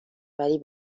ولی